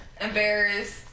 embarrassed